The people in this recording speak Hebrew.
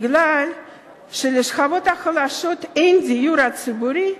מפני שלשכבות החלשות אין דיור ציבורי,